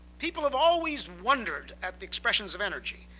people have always wondered at the expressions of energy.